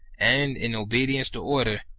and, in obedience to order,